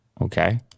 okay